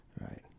Right